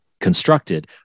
constructed